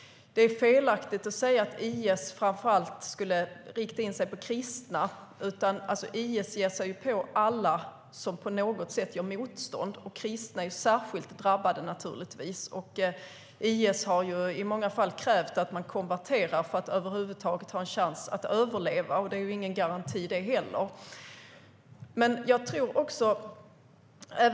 Det är felaktigt att säga att IS framför allt skulle rikta in sig mot kristna. IS ger sig ju på alla som på något sätt gör motstånd. Kristna är särskilt drabbade, naturligtvis. IS har i många fall krävt att människor ska konvertera för att de över huvud taget ska ha en chans att överleva, och inte heller det är en garanti.